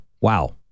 wow